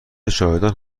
شاهدان